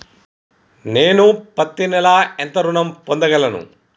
నేను పత్తి నెల ఎంత ఋణం పొందగలను?